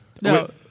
No